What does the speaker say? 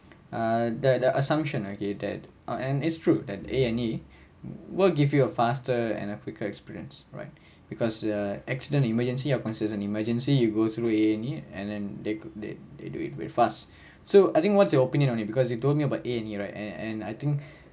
err the the assumption I gave that uh and it's true that a and e will give you a faster and a quicker experience right because the accident emergency or consider emergency you go through a and e and then they they they do it with fast so I think what's your opinion on it because you told me about a and e right and and I think